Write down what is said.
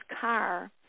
car